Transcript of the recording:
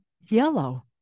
Yellow